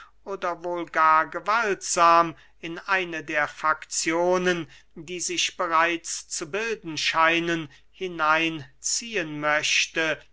oder wohl gar gewaltsam in eine der fakzionen die sich bereits zu bilden scheinen hinein ziehen möchte